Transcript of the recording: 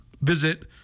visit